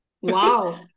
Wow